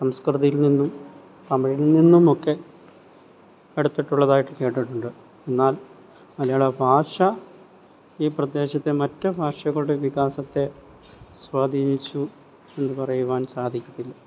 സംസ്കൃതിയിൽനിന്നും തമിഴിൽനിന്നുമൊക്കെ എടുത്തിട്ടുള്ളതായിട്ട് കേട്ടിട്ടുണ്ട് എന്നാൽ മലയാളഭാഷ ഈ പ്രദേശത്തെ മറ്റ് ഭാഷകളുടെ വികാസത്തെ സ്വാധീനിച്ചു എന്ന് പറയുവാൻ സാധിക്കത്തില്ല